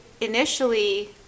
initially